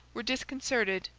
were disconcerted,